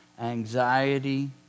anxiety